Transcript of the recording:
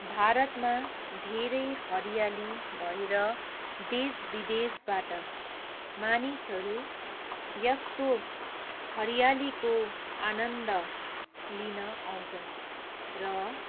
भारतमा धेरै हरियाली भएर देश विदेशबाट मानिसहरू यस्तो हरियालीको आनन्द लिन आउँछन् र